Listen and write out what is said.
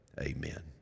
amen